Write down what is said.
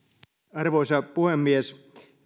arvoisa puhemies